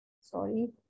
sorry